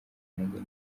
nanjye